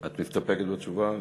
את מסתפקת בתשובה?